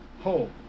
HOME